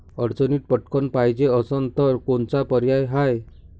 अडचणीत पटकण पायजे असन तर कोनचा पर्याय हाय?